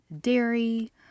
dairy